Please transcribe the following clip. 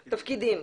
תפקידים.